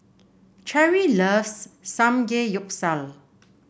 Cherrie loves Samgeyopsal